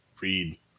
read